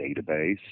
database